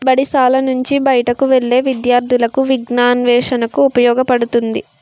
బడిశాల నుంచి బయటకు వెళ్లే విద్యార్థులకు విజ్ఞానాన్వేషణకు ఉపయోగపడుతుంది